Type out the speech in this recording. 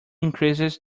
increases